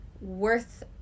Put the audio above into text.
worth